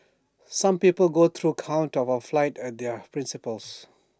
some people go to court of A fight for their principles